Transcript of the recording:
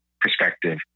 perspective